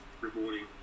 rewarding